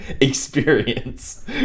experience